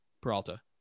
Peralta